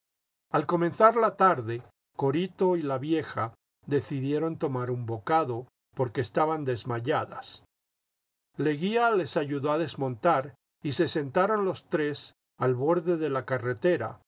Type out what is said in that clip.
al comenzar la tarde corito y la vieja decidieron tomar un bocado porque estaban desmayadas leguía les ayudó a desmontar y se sentaron los tres al borde de la carretera